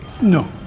No